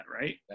right